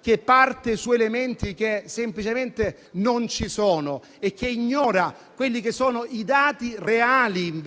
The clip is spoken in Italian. che parte da elementi che semplicemente non ci sono e che ignora invece i dati reali